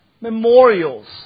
Memorials